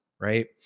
Right